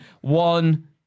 one